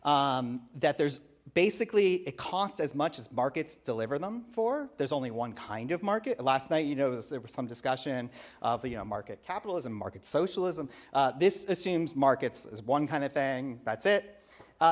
that there's basically it costs as much as markets deliver them for there's only one kind of market last night you know there was some discussion of a you know market capitalism market socialism this assumes markets as one kind of thing that's it